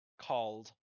called